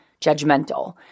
judgmental